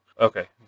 Okay